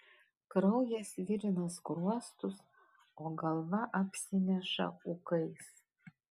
kraujas virina skruostus o galva apsineša ūkais